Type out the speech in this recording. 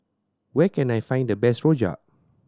where can I find the best rojak